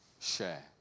share